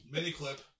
Mini-clip